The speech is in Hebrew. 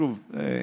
שוב,